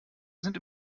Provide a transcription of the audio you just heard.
sind